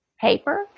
paper